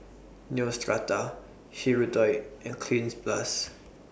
Neostrata Hirudoid and Cleanz Plus